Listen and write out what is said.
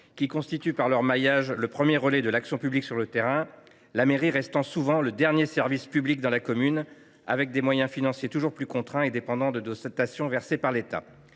qui constituent, par leur maillage, le premier relais de l’action publique sur le terrain, la mairie restant souvent le dernier service public dans la commune, avec des moyens financiers toujours plus contraints et dépendants de dotations versées par l’État.